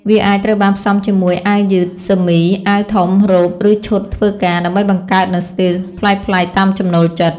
វាអាចត្រូវបានផ្សំជាមួយអាវយឺត សឺមី អាវធំ រ៉ូប ឬឈុតធ្វើការ ដើម្បីបង្កើតនូវស្ទីលប្លែកៗតាមចំណូលចិត្ត។